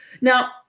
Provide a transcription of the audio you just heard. Now